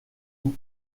doux